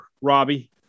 Robbie